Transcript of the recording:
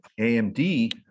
AMD